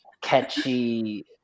catchy